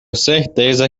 certeza